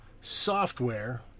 software